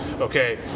okay